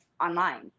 online